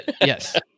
Yes